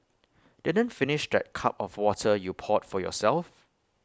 didn't finish that cup of water you poured for yourself